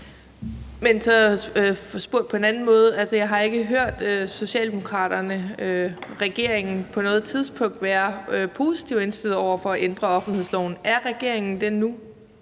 Jeg har ikke hørt Socialdemokraterne eller regeringen på noget tidspunkt være positivt indstillet over for at ændre offentlighedsloven, så er regeringen det nu?